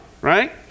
right